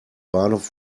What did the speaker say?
bahnhof